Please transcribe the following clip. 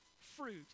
fruit